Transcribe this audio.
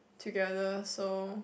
together so